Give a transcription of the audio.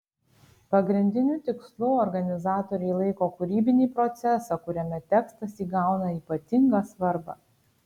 pagrindiniu tikslu organizatoriai laiko kūrybinį procesą kuriame tekstas įgauna ypatingą svarbą